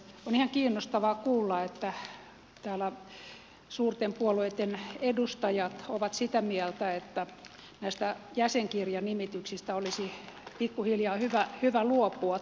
on ihan kiinnostavaa kuulla että täällä suurten puolueitten edustajat ovat sitä mieltä että näistä jäsenkirjanimityksistä olisi pikkuhiljaa hyvä luopua